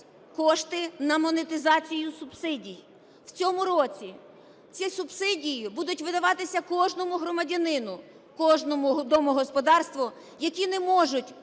кошти на монетизацію субсидій. В цьому році ці субсидії будуть видаватися кожному громадянину, кожному домогосподарству, які не можуть